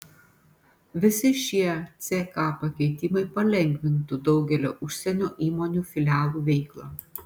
visi šie ck pakeitimai palengvintų daugelio užsienio įmonių filialų veiklą